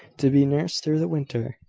to be nursed through the winter.